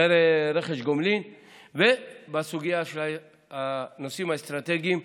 ובסוגיה של הנושאים האסטרטגיים: